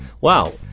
Wow